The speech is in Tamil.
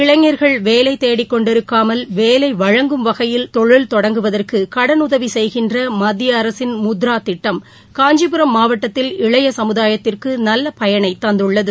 இளைஞர்கள் வேலை தேடி கொண்டிருக்காமல் இளைஞர்களுக்கு வேலை வழங்கும் வகையில் தொழில் தொடங்குவதற்கு கடனுதவி செய்கின்ற மத்திய அரசின் முத்ரா திட்டம் காஞ்சிபுரம் மாவட்டத்தில் இளைய சமுதாயத்திற்கு நல்ல பயனை தந்துள்ளது